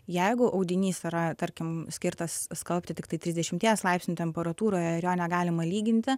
jeigu audinys yra tarkim skirtas skalbti tiktai trisdešimties laipsnių temperatūroje ir jo negalima lyginti